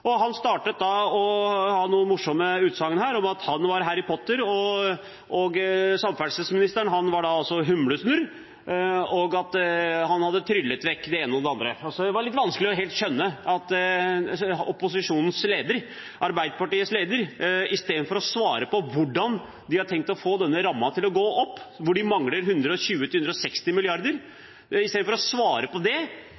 hop. Han startet med noen morsomme utsagn om at han var Harry Potter, at samferdselsministeren var Humlesnurr, og at han hadde tryllet vekk både det ene og det andre. Det var litt vanskelig å skjønne hvorfor opposisjonens leder, Arbeiderpartiets leder, i stedet for å svare på hvordan de har tenkt å få denne rammen til å gå opp – de mangler 120–160 mrd. kr – gjorde dette til